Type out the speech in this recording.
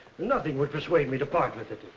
nothing would persuade me to part with it.